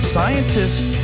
Scientists